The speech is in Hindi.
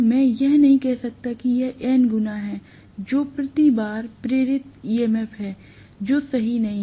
मैं यह नहीं कह सकता कि यह N गुना है जो प्रति बार प्रेरित ईएमएफ है जो सही नहीं है